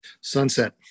sunset